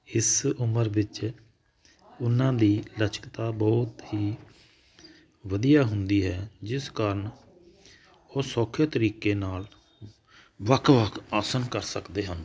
ਇਸ ਉਮਰ ਵਿੱਚ ਉਹਨਾਂ ਦੀ ਲਚਕਤਾ ਬਹੁਤ ਹੀ ਵਧੀਆ ਹੁੰਦੀ ਹੈ ਜਿਸ ਕਾਰਨ ਉਹ ਸੌਖੇ ਤਰੀਕੇ ਨਾਲ ਵੱਖ ਵੱਖ ਆਸਨ ਕਰ ਸਕਦੇ ਹਨ